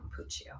Puccio